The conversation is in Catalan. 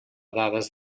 dades